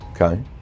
Okay